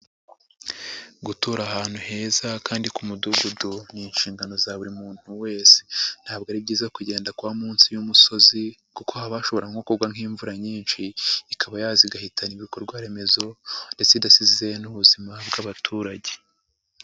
Gutura ahantu heza kandi ku mudugudu ni inshingano za buri muntu wese, ntabwo ari byiza kugenda kuba munsi y'umusozi kuko habashobora nko kugwa nk'imvura nyinshi ikaba yazi igahitana ibikorwa remezo ndetse idasize n'ubuzima bw'abaturage.